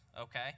okay